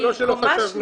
זה לא שלא חשבנו.